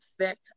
affect